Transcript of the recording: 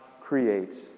creates